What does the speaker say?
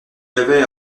avait